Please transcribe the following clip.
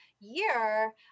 year